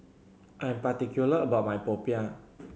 I am particular about my Popiah